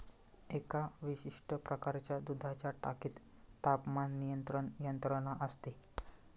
एका विशिष्ट प्रकारच्या दुधाच्या टाकीत तापमान नियंत्रण यंत्रणा असते